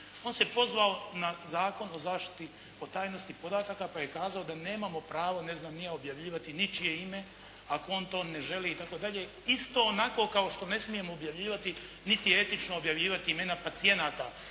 On se pozvao na Zakon o zaštiti o tajnosti podataka pa kazao da nemamo pravo, ne znam ni ja, objavljivati ničije ime ako on to ne želi itd., isto onako kao što ne smijemo objavljivati, niti etično objavljivati imena pacijenata.